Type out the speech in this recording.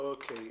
אוקיי.